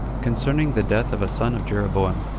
concerning the death of a son of jeroboam.